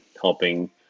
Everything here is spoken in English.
helping